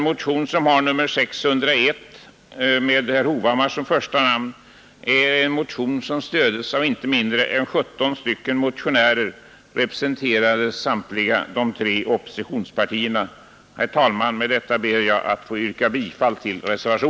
Motionen 601, med herr Hovhammar som första namn, har väckts av inte mindre än 17 riksdagsledamöter, representerande samtliga de tre oppositionspartierna, och jag ber att få yrka bifall till den vid